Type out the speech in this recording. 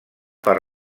per